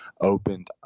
opened